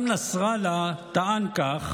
גם נסראללה טען כך